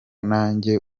nanjye